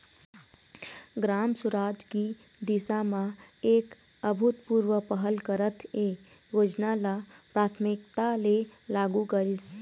ग्राम सुराज की दिशा म एक अभूतपूर्व पहल करत ए योजना ल प्राथमिकता ले लागू करिस